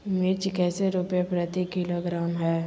मिर्च कैसे रुपए प्रति किलोग्राम है?